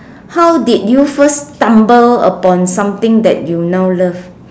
how did you first stumble upon something that you now love